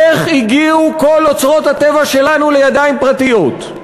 איך הגיעו כל אוצרות הטבע שלנו לידיים פרטיות?